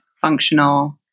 functional